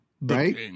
right